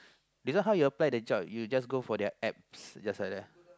this one how you apply the job you just go for their apps just like that lah